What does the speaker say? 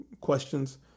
questions